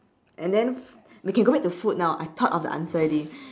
and then we can go back to food now I thought of the answer already